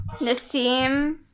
Nassim